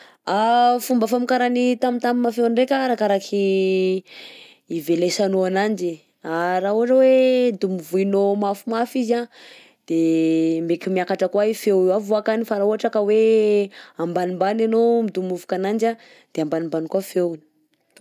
Fomba famokaran'ny tam tam feo ndreka arakaraky ivelesanao ananjy raha ohatra hoe domovoinao mafimafy izy a de meka miakatra koà i feo avoakany, fa raha ohatra ka hoe ambanimbany anao midomovoka ananjy a de ambanimbany koà feony.